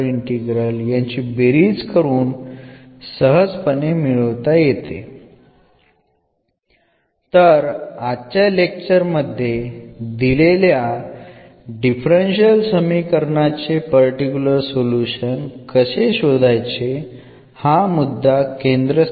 ഇന്നത്തെ ലക്ച്ചറിൽ നൽകിയിരിക്കുന്ന ഡിഫറൻഷ്യൽ സമവാക്യത്തിന്റെ ഒരു പർട്ടിക്കുലർ സൊല്യൂഷൻ എങ്ങനെ കണ്ടെത്താമെന്നതിൽ ആയിരിക്കും നമ്മുടെ ശ്രദ്ധ